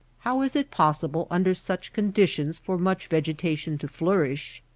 how is it possible under such conditions for much vegetation to flourish?